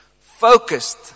focused